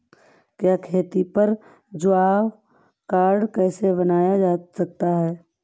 क्या खेती पर जॉब कार्ड बनवाया जा सकता है?